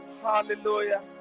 Hallelujah